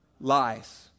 Lies